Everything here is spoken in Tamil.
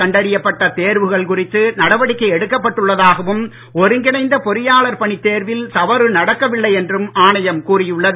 கண்டறியப்பட்ட தேர்வுகள் குறித்து நடவடிக்கை எடுக்கப் பட்டுள்ளதாகவும் ஒருங்கிணைந்த பொறியாளர் பணித் தேர்வில் தவறு நடக்கவில்லை என்றும் ஆணையம் கூறியுள்ளது